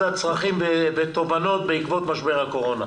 צרכים ותובנות בעקבות משבר הקורונה.